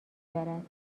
دارد